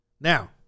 Now